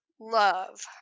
love